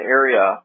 area